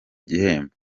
gihembo